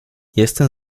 jestem